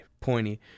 pointy